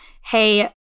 hey